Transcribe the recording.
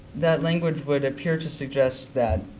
that language would appear to suggest that